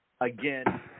again